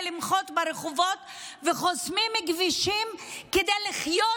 למחות ברחובות וחוסמים כבישים כדי לחיות